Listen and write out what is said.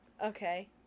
okay